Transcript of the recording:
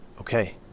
Okay